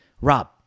Rob